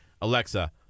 Alexa